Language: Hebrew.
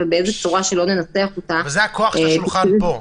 לא משנה איך ננסח אותה --- זה הכוח של השולחן פה.